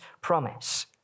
promise